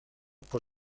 por